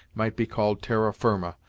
might be called terra firma,